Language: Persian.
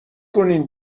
کنین